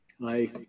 Hi